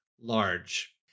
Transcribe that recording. large